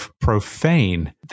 profane